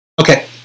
Okay